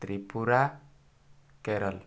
Tripura Kerala